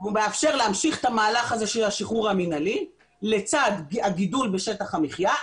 הוא מאפשר להמשיך את המהלך הזה של השחרור המנהלי לצד הגידול בשטח המחיה,